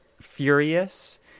furious